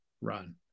run